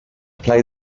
play